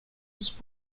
was